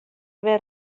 wer